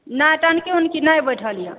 नहि टंकी वनकी नहि बैसल यऽ